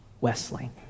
Wesley